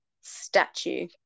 statue